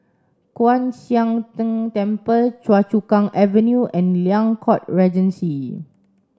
Kwan Siang Tng Temple Choa Chu Kang Avenue and Liang Court Regency